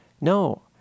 No